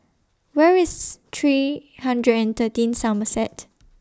Where IS three hundred and thirteen Somerset